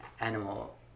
animal